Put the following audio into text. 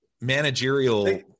managerial